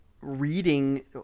reading